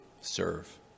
serve